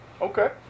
Okay